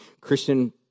Christian